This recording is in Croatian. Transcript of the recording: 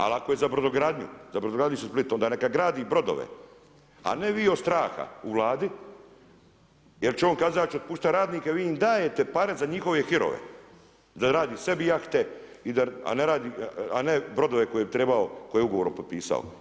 Ali, ako je za brodogradnju, za brodogradilište Split, onda neka gradi brodove, a ne vi od straha u Vladi jer će on kazat da će otpuštat radnike, vi im dajete pare za njihove hirove, da radi sebi jahte, a ne brodove koje bi trebao, koje je ugovorom potpisao.